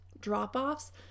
drop-offs